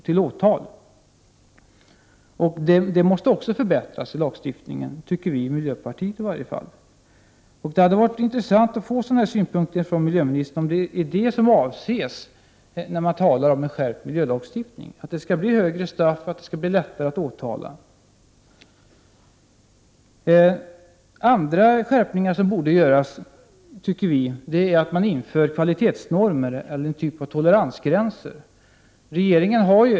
Dessa möjligheter måste också förbättras i miljölagstiftningen, tycker vi i miljöpartiet. Det hade varit intressant att få miljöministerns synpunkter på vad hon avser då hon talar om en skärpt miljölagstiftning. Jag skulle vilja veta om det skall bli lättare att åtala människor och om straffen skall bli högre. Andra skärpningar som borde göras är ett införande av kvalitetsnormer eller någon typ av toleransgränser.